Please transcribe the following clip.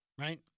Right